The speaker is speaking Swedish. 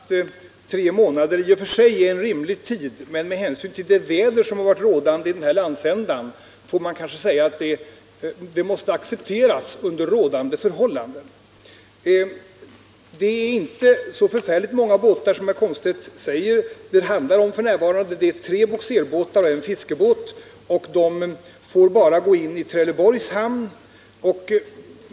Herr talman! Jag tycker inte att tre månader i och för sig är en rimlig tid, men med hänsyn till det väder som varit rådande i den här landsändan måste den tiden accepteras. Det är inte så förfärligt många båtar det gäller — det är f. n. tre bogserbåtar och en fiskebåt. De får bara gå in i Trelleborgs hamn.